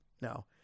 no